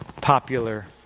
popular